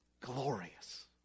glorious